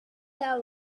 the